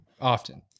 often